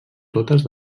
totes